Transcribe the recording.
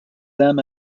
them